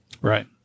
right